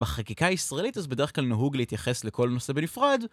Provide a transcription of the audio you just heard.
בחקיקה הישראלית אז בדרך כלל נהוג להתייחס לכל נושא בנפרד